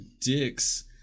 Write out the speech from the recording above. dicks